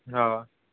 हय